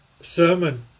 sermon